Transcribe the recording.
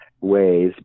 ways